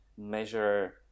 measure